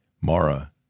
Mara